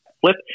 flip